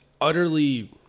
utterly